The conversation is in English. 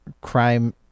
crime